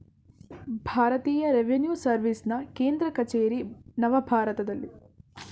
ಭಾರತೀಯ ರೆವಿನ್ಯೂ ಸರ್ವಿಸ್ನ ಕೇಂದ್ರ ಕಚೇರಿ ನವದೆಹಲಿಯಲ್ಲಿದೆ